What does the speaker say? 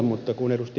mutta kun ed